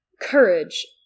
courage